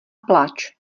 plač